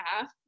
half